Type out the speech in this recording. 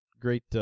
great